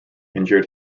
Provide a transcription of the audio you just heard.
injured